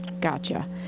Gotcha